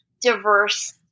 diverse